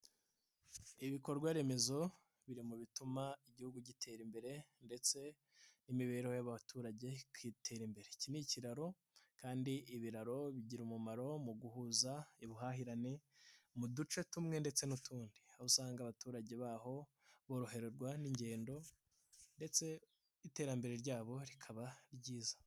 Ibikorwa remezo biri mu bituma Igihugu gitera imbere ndetse imibereho y'abaturage igatera imbere, iki ni ikiraro kandi ibiraro bigira umumaro mu guhuza ubuhahirane mu duce tumwe ndetse n'utundi, aho usanga abaturage baho boroherwa n'ingendo ndetse iterambere ryabo rikaba ryiza.